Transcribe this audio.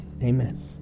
Amen